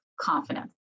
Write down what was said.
confidence